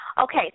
Okay